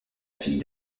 fille